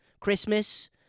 Christmas